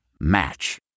Match